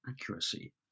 accuracy